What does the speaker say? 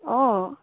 অঁ